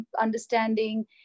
understanding